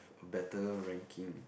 a better ranking